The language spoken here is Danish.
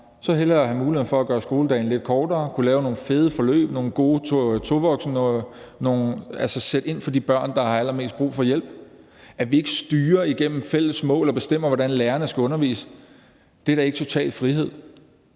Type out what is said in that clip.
Så hellere have muligheden for at gøre skoledagen lidt kortere, at kunne lave nogle fede forløb og nogle gode tovoksenordninger, altså sætte ind i forhold til de børn, der har allermest brug for hjælp, så vi ikke styrer igennem fælles mål og bestemmer, hvordan lærerne skal undervise. Det er da ikke total frihed.